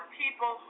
people